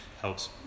helps